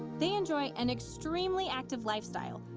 they enjoy an extremely active lifestyle,